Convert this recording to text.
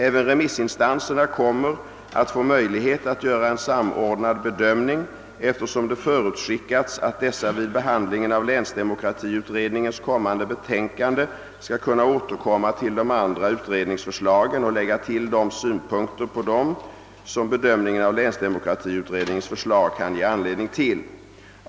Även remissinstanserna kommer att få möjlighet att göra en samordnad bedömning, eftersom det förutskickats att dessa vid behandlingen av länsdemokratiutredningens kommande betänkande skall kunna återkomma till de andra utredningsförslagen och lägga till de synpunkter på dem som bedömningen av länsdemokratiutredningens förslag kan ge anledning till.